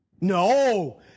No